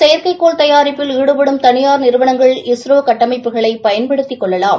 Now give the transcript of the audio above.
செயற்கைக்கோள் தயாரிப்பில் ஈடுபடும் தனியார் நிறுவனங்கள் இஸ்ரோ கட்டமைப்புகளை பயன்படுத்திக் கொள்ளலாம்